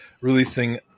releasing